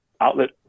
outlet